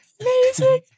Amazing